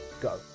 go